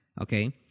okay